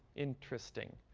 interesting.